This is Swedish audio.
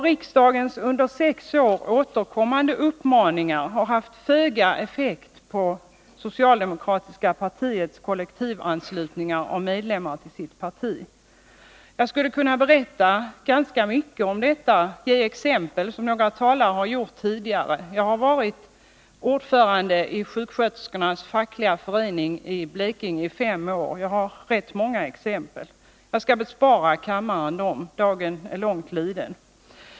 Riksdagens under sex år återkommande uppmaningar har haft föga effekt på socialdemokratiska partiets kollektivanslutning av medlemmar till sitt parti. Jag skulle kunna berätta ganska mycket om detta, ge exempel som några talare har gjort tidigare. Jag har varit ordförande i sjuksköterskornas fackliga förening i Blekinge i fem år och har rätt många exempel. Jag skall bespara kammaren dem — dagen är långt liden.